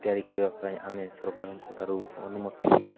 ତିଆରି କରିବା ପାଇଁ ଆମେ ସରକାରଙ୍କ ଠାରୁ ଅନୁମତି